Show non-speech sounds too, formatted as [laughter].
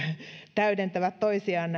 täydentävät toisiaan [unintelligible]